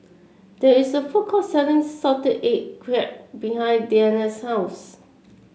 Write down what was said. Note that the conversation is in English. there is a food court selling Salted Egg Crab behind Dena's house